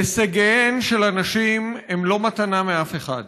הישגיהן של הנשים הן לא מתנה מאף אחד,